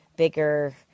bigger